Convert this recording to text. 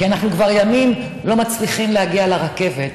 כי אנחנו כבר ימים לא מצליחים להגיע לרכבת,